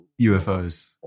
UFOs